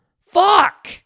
Fuck